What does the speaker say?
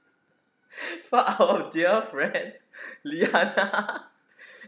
find out their friend liana